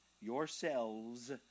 yourselves